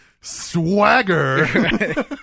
Swagger